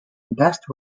best